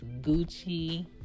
Gucci